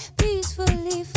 peacefully